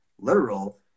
literal